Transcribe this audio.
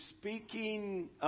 speaking